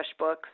FreshBooks